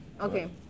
Okay